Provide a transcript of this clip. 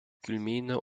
culminent